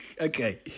okay